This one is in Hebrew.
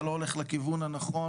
זה לא הולך לכיוון הנכון,